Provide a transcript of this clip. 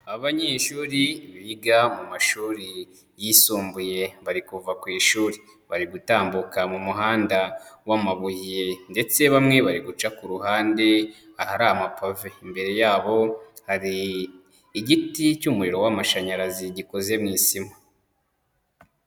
Abanyeshuri biga mu mashuri yisumbuye bari kuva ku ishuri, bari gutambuka mu muhanda w'amabuye ndetse bamwe bari guca ku ruhande ahari amapave, imbere yabo hari igiti cy'umuriro w'amashanyarazi gikoze mu isima.